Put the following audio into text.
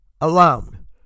Alone